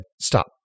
stop